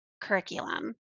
curriculum